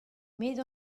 met